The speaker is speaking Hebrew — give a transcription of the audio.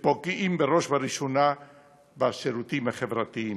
שפוגעים בראש ובראשונה בשירותים החברתיים.